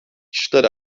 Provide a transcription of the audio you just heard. kişiler